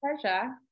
Pleasure